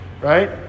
right